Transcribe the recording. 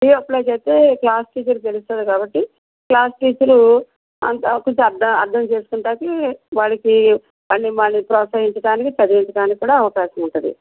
leave apply చేస్తే class టీచర్కి తెలుస్తుంది కాబట్టి క్లాస్ టీచరు అంటే కొంచెం అర్ధం చేసుకుంటానికి వాడికి అంటే వాడిని ప్రోత్సాహించడానికి చదివించడానికి కూడా అవకాశముంటుంది